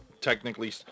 technically